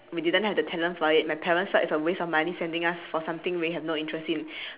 we didn't have the talent for it my parents felt it was a waste of money sending us for something we have no interest in